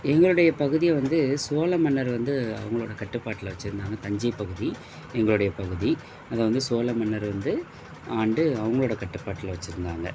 எங்களுடையப் பகுதியை வந்து சோழ மன்னர் வந்து அவங்களோட கட்டுப்பாட்டில வச்சுருந்தாங்க தஞ்சைப் பகுதி எங்களுடையப் பகுதி அதை வந்து சோழ மன்னர் வந்து ஆண்டு அவங்களோட கட்டுப்பாட்டில வச்சுருந்தாங்க